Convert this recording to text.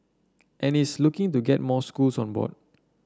and it's looking to get more schools on board